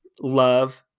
love